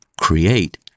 create